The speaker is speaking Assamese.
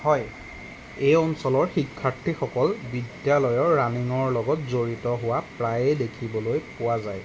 হয় এই অঞ্চলৰ শিক্ষাৰ্থীসকল বিদ্যালয়ৰ ৰানিঙৰ লগত জড়িত হোৱা প্ৰায়ে দেখিবলৈ পোৱা যায়